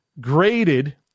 graded